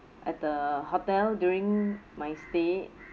at the hotel during my stay